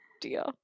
dear